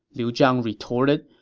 liu zhang retorted.